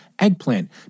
eggplant